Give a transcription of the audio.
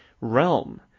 realm